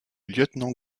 lieutenant